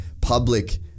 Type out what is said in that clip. public